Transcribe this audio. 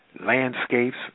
landscapes